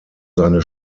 seine